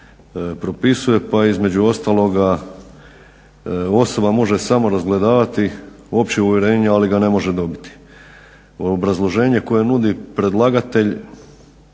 propisuje, pa između ostaloga osoba može samo razgledavati opće uvjerenje ali ga ne može dobiti. Obrazloženje koje nudi predlagatelj